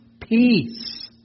peace